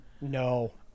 No